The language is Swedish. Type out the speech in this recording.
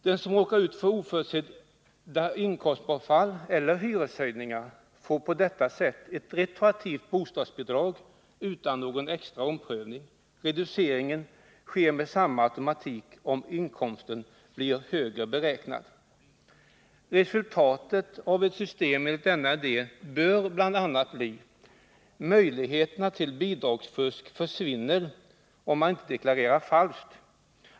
Den som råkar ut för oförutsedda inkomstbortfall eller hyreshöjningar får på detta sätt ett retroaktivt bostadsbidrag utan någon extra omprövning. Reduceringen sker med samma automatik, om inkomsten blir högre än beräknat. Resultatet av ett system enligt denna idé bör bl.a. bli: Möjligheterna till bidragsfusk försvinner, om man inte deklarerar falskt.